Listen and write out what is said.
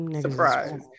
Surprise